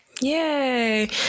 Yay